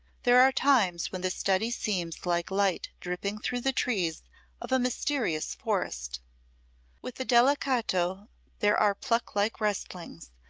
there are times when this study seems like light dripping through the trees of a mysterious forest with the delicato there are puck-like rustlings,